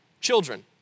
Children